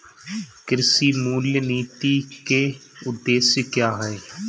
कृषि मूल्य नीति के उद्देश्य क्या है?